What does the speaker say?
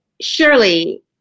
Surely